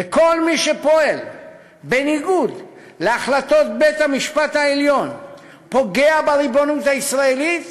וכל מי שפועל בניגוד להחלטות בית-המשפט העליון פוגע בריבונות הישראלית